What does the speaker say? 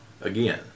again